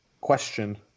question